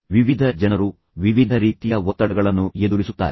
ವಿವಿಧ ಜನರು ವಿವಿಧ ರೀತಿಯ ಒತ್ತಡಗಳನ್ನು ಎದುರಿಸುತ್ತಾರೆ